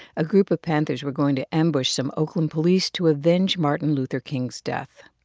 a group of panthers were going to ambush some oakland police to avenge martin luther king's death.